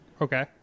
Okay